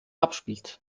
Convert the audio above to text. abspielt